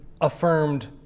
affirmed